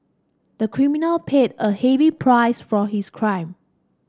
the criminal paid a heavy price for his crime